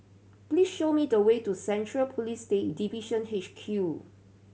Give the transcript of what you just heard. please show me the way to Central Police Day Division H Q